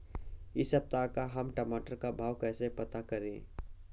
इस सप्ताह का हम टमाटर का भाव कैसे पता करें?